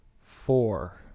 Four